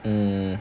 mm